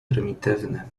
prymitywny